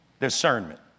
discernment